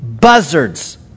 Buzzards